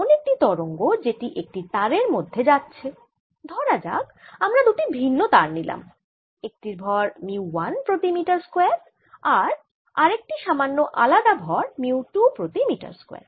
এমন একটি তরঙ্গ যেটি একটি তারের মধ্যে যাচ্ছে ধরা যাক আমরা দুটি ভিন্ন তার নিলাম একটির ভর মিউ 1 প্রতি মিটার স্কয়ার আর আরেকটি সামান্য আলাদা ভর মিউ 2 প্রতি মিটার স্কয়ার